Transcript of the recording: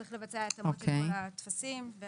צריך לבצע התאמות של כל הטפסים והפנייה.